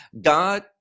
God